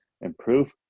improve